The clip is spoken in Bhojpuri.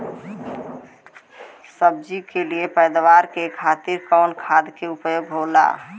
सब्जी के लिए पैदावार के खातिर कवन खाद के प्रयोग होला?